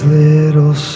little